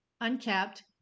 uncapped